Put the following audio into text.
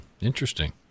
Interesting